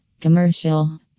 Commercial